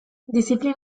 diziplina